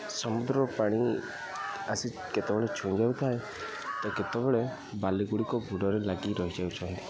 ସମୁଦ୍ର ପାଣି ଆସି କେତେବେଳେ ଛୁଇଁ ଯାଉଥାଏ ତ କେତେବେଳେ ବାଲି ଗୁଡ଼ିକ ଗୋଡ଼ରେ ଲାଗି ରହିଯାଉଥାଏ